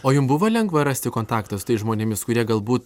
o jum buvo lengva rasti kontaktą su tais žmonėmis kurie galbūt